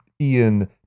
Ian